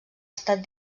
estat